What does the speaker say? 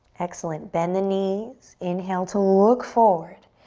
excellent, bend the knees, inhale to look forward.